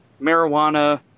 marijuana